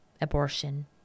abortion